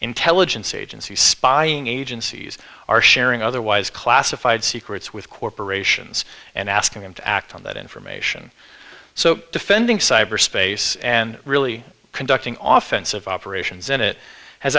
intelligence agencies spying agencies are sharing otherwise classified secrets with corporations and asking them to act on that information so defending cyberspace and really conducting office of operations in it has